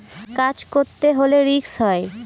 কাজ করতে হলে রিস্ক হয়